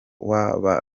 w’aba